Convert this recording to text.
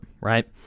right